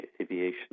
aviation